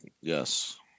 Yes